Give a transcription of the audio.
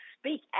speak